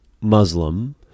Muslim